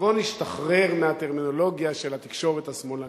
בוא ונשתחרר מהטרמינולוגיה של התקשורת השמאלנית.